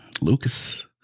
Lucas